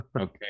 Okay